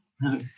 No